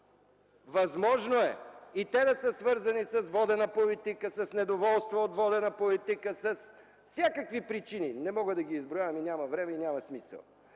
Възможно е и те да са свързани с водена политика, с недоволство от водена политика, с всякакви причини – не мога да ги изброявам, няма време и няма смисъл.